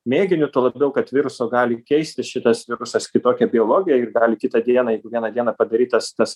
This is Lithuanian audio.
mėginiu tuo labiau kad viruso gali keistis šitas virusas kitokia biologija ir gali kitą dieną jeigu vieną dieną padarytas tas